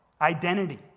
identity